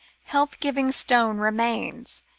health-giving stone remains,